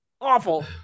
awful